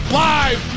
live